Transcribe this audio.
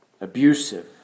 abusive